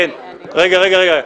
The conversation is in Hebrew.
אנחנו חייבים שזה יהיה --- רגע אחד,